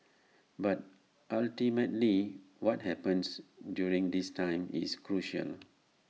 but ultimately what happens during this time is crucial